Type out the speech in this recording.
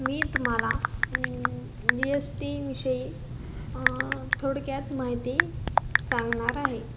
मी तुम्हाला G S T विषयी थोडक्यात माहिती सांगणार आहे